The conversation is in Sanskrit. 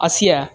अस्य